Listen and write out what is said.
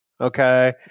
okay